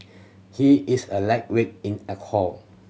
he is a lightweight in alcohol